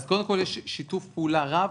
יש שיתוף פעולה רב,